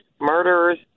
murderers